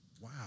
wow